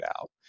out